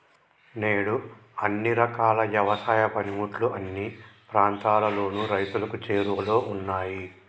నేడు అన్ని రకాల యవసాయ పనిముట్లు అన్ని ప్రాంతాలలోను రైతులకు చేరువలో ఉన్నాయి